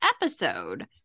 episode